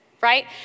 right